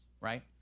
right